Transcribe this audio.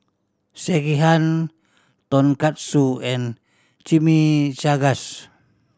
Sekihan Tonkatsu and Chimichangas